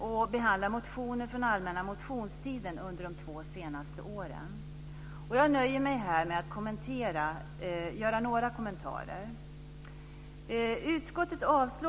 Det behandlar motioner från allmänna motionstiden de två senaste åren. Jag nöjer mig här med att göra några kommentarer.